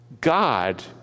God